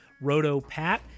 RotoPat